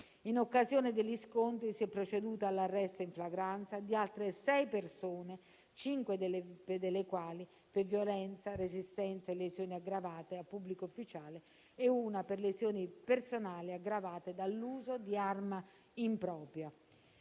In occasione degli scontri si è proceduto all'arresto in flagranza di altre sei persone, cinque delle quali per violenza, resistenza e lesioni aggravate a pubblico ufficiale e una per lesioni personali aggravate dall'uso di arma impropria.